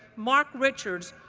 mark richards,